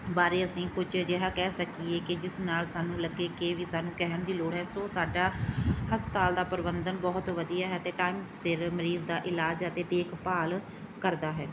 ਬਾਰੇ ਅਸੀਂ ਕੁਝ ਅਜਿਹਾ ਕਹਿ ਸਕੀਏ ਕਿ ਜਿਸ ਨਾਲ ਸਾਨੂੰ ਲੱਗੇ ਕੇ ਇਹ ਵੀ ਸਾਨੂੰ ਕਹਿਣ ਦੀ ਲੋੜ ਹੈ ਸੋ ਸਾਡਾ ਹਸਪਤਾਲ ਦਾ ਪ੍ਰਬੰਧਨ ਬਹੁਤ ਵਧੀਆ ਹੈ ਅਤੇ ਟਾਈਮ ਸਿਰ ਮਰੀਜ਼ ਦਾ ਇਲਾਜ ਅਤੇ ਦੇਖਭਾਲ ਕਰਦਾ ਹੈ